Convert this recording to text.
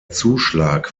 zuschlag